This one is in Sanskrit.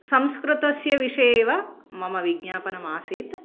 संस्कृतस्य विषये एव मम विज्ञापनमासीत्